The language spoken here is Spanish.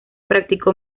practicó